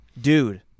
dude